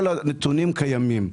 כל הנתונים קיימים.